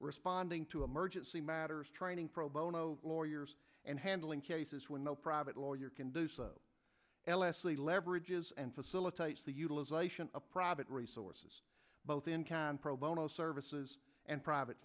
responding to emergency matters training pro bono lawyers and handling cases when no private lawyer can do so l s e leverage is and facilitates the utilization of private resources both in can pro bono services and private